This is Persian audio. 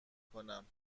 کنم